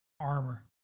Armor